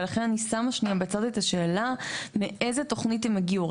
ולכן אני שמה שנייה בצד את השאלה מאיזה תוכנית הם הגיעו.